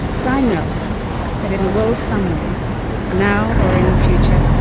but i know that in the world somewhere, now or in the future,